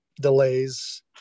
delays